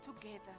together